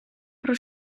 про